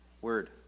Word